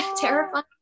terrifying